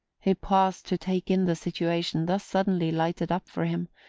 he paused to take in the situation thus suddenly lighted up for him,